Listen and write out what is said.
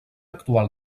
actual